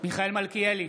מיכאל מלכיאלי,